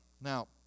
Now